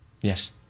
Yes